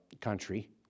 country